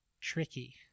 tricky